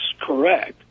correct